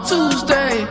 Tuesday